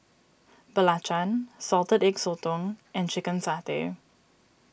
Belacan Salted Egg Sotong and Chicken Satay